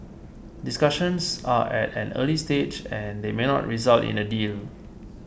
discussions are at an early stage and they may not result in a deal